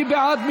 מי בעד?